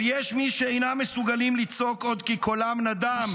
אבל יש מי שאינם מסוגלים לצעוק עוד כי קולם נדם.